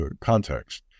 context